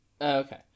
Okay